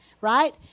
right